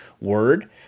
word